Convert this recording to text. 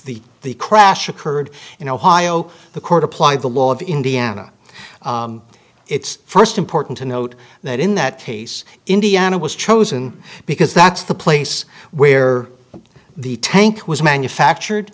the the crash occurred in ohio the court apply the law of indiana it's first important to note that in that case indiana was chosen because that's the place where the tank was manufactured